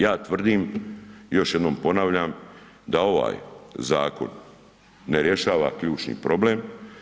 Ja tvrdim, još jednom ponavljam, da ovaj zakon ne rješava ključni problem.